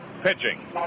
pitching